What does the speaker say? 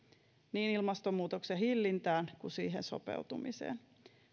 niin ilmastonmuutoksen hillintään kuin siihen sopeutumiseen